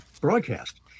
broadcast